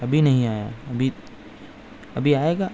ابھی نہیں آیا ابھی آئے گا